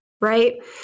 right